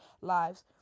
lives